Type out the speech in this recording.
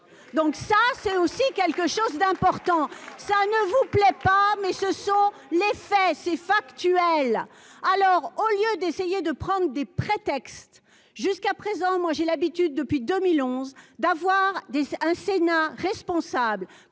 donc ça c'est aussi quelque chose d'important, ça ne vous plaît pas, mais ce sont les faits c'est factuel, alors au lieu d'essayer de prendre des prétextes jusqu'à présent, moi j'ai l'habitude depuis 2011 d'avoir des c'est un Sénat responsable